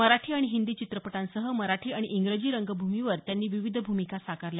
मराठी आणि हिंदी चित्रपटांसह मराठी आणि इंग्रजी रंगभूमीवर त्यांनी विविध भूमिका साकारल्या